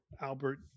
Albert